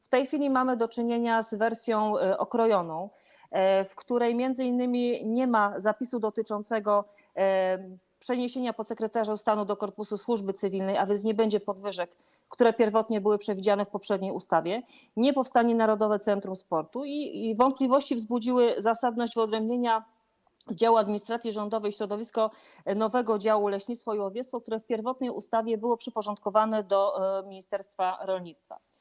W tej chwili mamy do czynienia z wersją okrojoną, w której m.in. nie ma zapisu dotyczącego przeniesienia podsekretarza stanu do korpusu służby cywilnej, a więc nie będzie podwyżek, które pierwotnie były przewidziane w poprzedniej ustawie, nie powstanie narodowe centrum sportu i wątpliwości wzbudziła zasadność wyodrębnienia w dziale administracji rządowej: środowisko nowego działu: leśnictwo i łowiectwo, który w pierwotnej ustawie był przyporządkowany do ministerstwa rolnictwa.